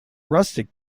rustic